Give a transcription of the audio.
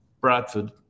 Bradford